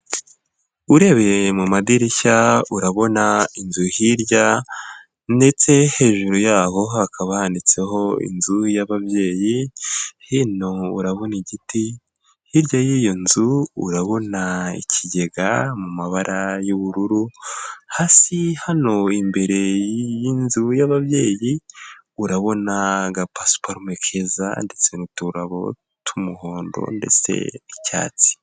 Urebeye mu madirishya urabona inzu hirya ndetse hejuru yaho hakaba handitseho inzu y'ababyeyi, hino urabona igiti, hirya y'iyo nzu urabona ikigega mu mabara y'ubururu, hasi hano imbere y'inzu y'ababyeyi, urabona agapasiparume keza ndetse n'uturabo tw'umuhondo ndetse n'icyatsi.